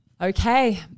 okay